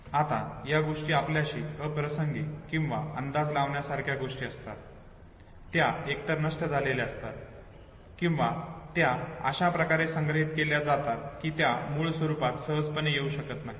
आता ज्या गोष्टी आपल्याशी अप्रासंगिक किंवा अंदाज लावण्या सारख्या गोष्टी असतात त्या एकतर नष्ट झालेल्या असतात किंवा त्या अशा प्रकारे संग्रहित केल्या जातात की त्या मूळ स्वरूपात सहजपणे येऊ शकत नाहीत